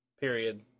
Period